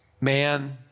man